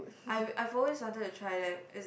I I've always wanted to try that is